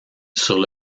sur